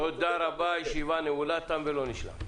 תודה רבה, תם ולא נשלם.